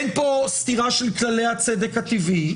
אין כאן סתירה של כללי הצדק הטבעי.